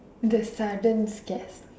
the saddens stress